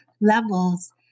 levels